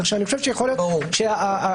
כך שאני חושב שיכול להיות שהקושי הוא לא כל כך גדול.